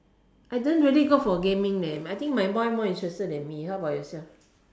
I don't really go for gaming leh I think my boy more interested than me how about yourself